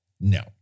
No